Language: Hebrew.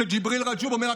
כשג'יבריל רג'וב אומר,